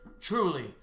Truly